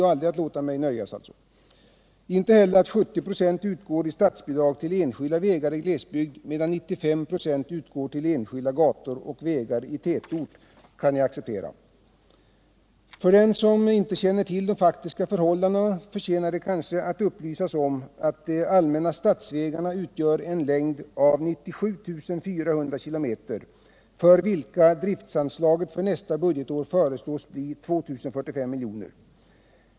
Inte heller kan det accepteras att 70 26 av kostnaderna utgår i statsbidrag när det gäller enskilda vägar i glesbygd, medan 95 96 av kostnaderna utgår i statsbidrag då det rör sig om enskilda gator och vägar i tätort. För den som inte känner till de faktiska förhållandena kan nämnas att de allmänna statsvägarna har en sammanlagd längd av 97 400 km, och för dem föreslås driftanslaget för nästa budgetår uppgå till 2 045 milj.kr.